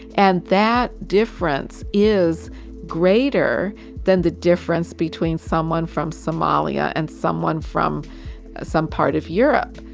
and that difference is greater than the difference between someone from somalia and someone from some part of europe.